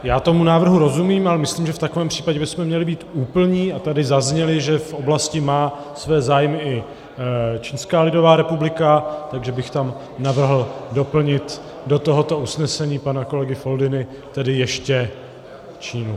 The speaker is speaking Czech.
Já tomu návrhu rozumím, ale myslím, že v takovém případě bychom měli být úplní, a tady zaznělo, že v oblasti má své zájmy i Čínská lidová republika, takže bych tam navrhl doplnit do tohoto usnesení pana kolegy Foldyny tedy ještě Čínu.